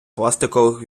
пластикових